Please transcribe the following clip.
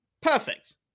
Perfect